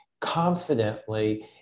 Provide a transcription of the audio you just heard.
confidently